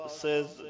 says